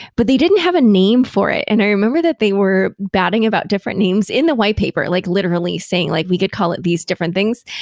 but they didn't have a name for it and i remember that they were batting about different names in the white paper, like literally saying like we could call it these different things.